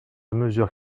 mesure